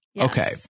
okay